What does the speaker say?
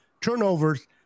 turnovers